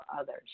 others